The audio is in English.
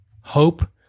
Hope